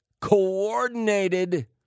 coordinated